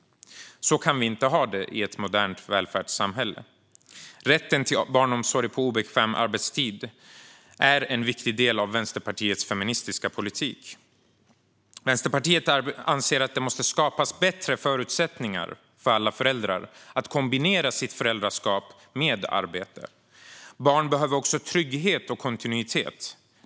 Så kan vi inte ha det i ett modernt välfärdssamhälle. Rätten till barnomsorg på obekväm arbetstid är en viktig del av Vänsterpartiets feministiska politik. Vänsterpartiet anser att det måste skapas bättre förutsättningar för alla föräldrar att kombinera sitt föräldraskap med arbete. Barn behöver också trygghet och kontinuitet.